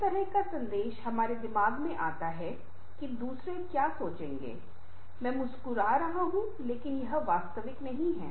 इस तरह का संदेह हमरे दिमाग मे आता है की दूसरे क्या सोचेंगे मैं मुस्कुरा रहा हूं लेकिन यह वास्तविक नहीं है